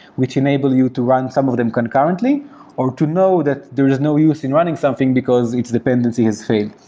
which enable you to run some of them concurrently or to know that there's just no use in running something because its dependency has failed.